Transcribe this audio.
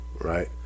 Right